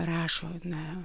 rašo na